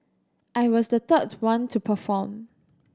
I was the third one to perform